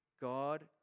God